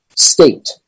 state